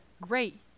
great